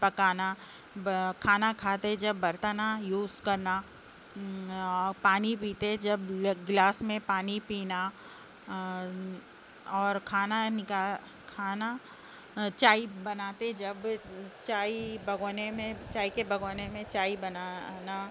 پکانا کھانا کھاتے جب برتنا یوز کرنا پانی پیتے جب گلاس میں پانی پینا اور کھانا نکال کھانا چائے بناتے جب چائے بگونے میں چائے کے بگونے میں چائے بنانا